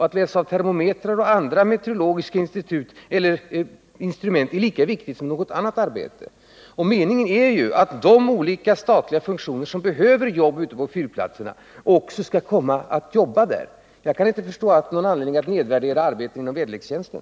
Att läsa av termometrar och andra meteorologiska instrument är lika viktigt som något annat arbete. Meningen är ju att olika statliga funktioner som behöver jobba ute på fyrplatserna också skall jobba där. Jag kan inte förstå att det finns någon anledning att nedvärdera arbete inom väderlekstjänsten.